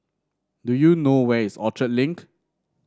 do you know where is Orchard Link